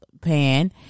pan